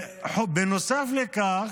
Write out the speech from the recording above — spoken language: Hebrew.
בנוסף לכך,